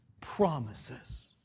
promises